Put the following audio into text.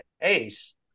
ACE